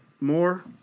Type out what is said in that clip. more